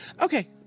Okay